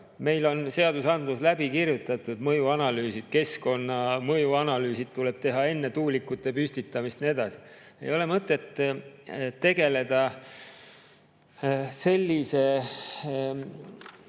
meil on seadusandluses kirjutatud: mõjuanalüüsid, näiteks keskkonna mõjuanalüüsid tuleb teha enne tuulikute püstitamist ja nii edasi. Ei ole mõtet tegeleda selliste,